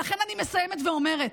ולכן אני מסיימת ואומרת: